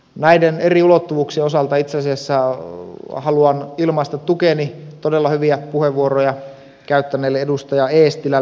näiden eri ulottuvuuksien osalta itse asiassa haluan ilmaista tukeni todella hyviä puheenvuoroja käyttäneelle edustaja eestilälle